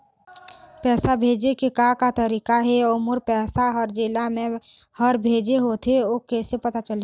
पैसा भेजे के का का तरीका हे अऊ मोर पैसा हर जेला मैं हर भेजे होथे ओ कैसे पता चलही?